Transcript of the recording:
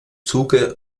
zuge